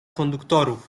konduktorów